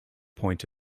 point